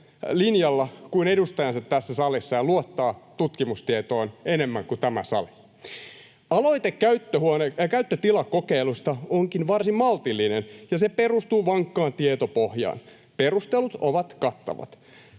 kuin edustajansa tässä salissa ja luottaa tutkimustietoon enemmän kuin tämä sali. Aloite käyttötilakokeilusta onkin varsin maltillinen, ja se perustuu vankkaan tietopohjaan. Perustelut ovat kattavat.